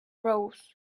rose